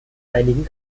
einigen